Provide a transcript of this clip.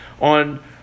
on